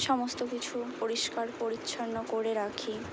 সমস্ত কিছু পরিষ্কার পরিচ্ছন্ন করে রাখি